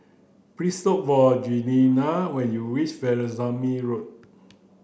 please look for Jenelle when you reach Veerasamy Road